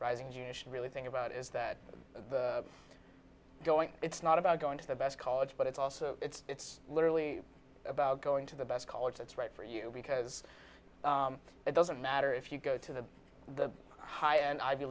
tuition really think about is that going it's not about going to the best college but it's also it's it's literally about going to the best college that's right for you because it doesn't matter if you go to the high end ivy